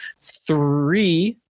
Three